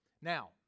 Now